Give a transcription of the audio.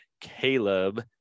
Caleb